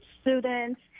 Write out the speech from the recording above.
students